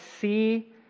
see